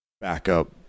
backup